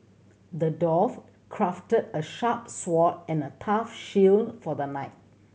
the dwarf crafted a sharp sword and a tough shield for the knight